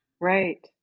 right